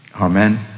Amen